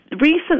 recent